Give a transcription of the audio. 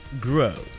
grow